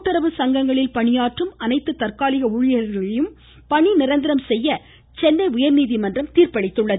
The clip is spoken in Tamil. கூட்டுறவு சங்கங்களில் பணியாற்றும் அனைத்து தற்காலிக ஊழியர்களையும் பணி நிரந்தரம் செய்ய சென்னை உயா்நீதிமன்றம் தீர்ப்பளித்துள்ளது